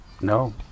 no